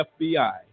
FBI